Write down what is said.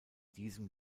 diesem